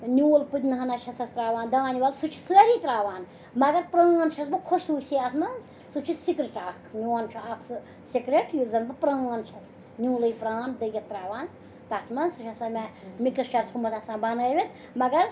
نیوٗل پٔدنہٕ ہٕنا چھَسَس ترٛاوان دانہِ وَل سُہ چھِ سٲری ترٛاوان مگر پرٛان چھَس بہٕ خصوٗصی اَتھ منٛز سُہ چھِ سِکرِٹ اَکھ میون چھُ اَکھ سُہ سِکرِٹ یُس زَن بہٕ پرٛٲن چھَس نیوٗلٕے پرٛان دٔگِتھ ترٛاوان تَتھ منٛز سُہ چھِ آسان مےٚ مِکٕسچَر تھوٚمُت آسان بَنٲوِتھ مگر